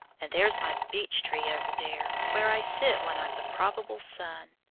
and there's my beech-tree over there, where i sit when i'm the probable son.